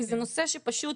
כי זה נושא שפשוט